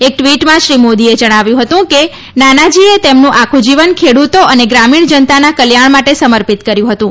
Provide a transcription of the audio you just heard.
એક ટ્વીટમાં શ્રી મોદીએ જણાવ્યું હતું કે નાનાજીએ તેમનું આખુ જીવન ખેડૂતો અને ગ્રામીણ જનતાનાં કલ્યાણ માટે સમર્પિત કર્યું હતું